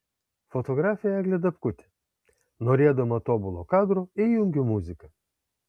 fotografė eglė dabkutė norėdama tobulo kadro įjungiu muziką